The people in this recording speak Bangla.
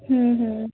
হুম হুম